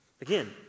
Again